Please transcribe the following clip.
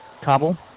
Cobble